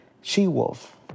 She-Wolf